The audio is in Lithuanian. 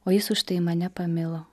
o jis už tai mane pamilo